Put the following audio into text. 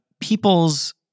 people's